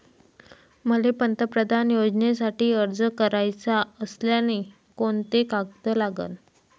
मले पंतप्रधान योजनेसाठी अर्ज कराचा असल्याने कोंते कागद लागन?